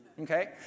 okay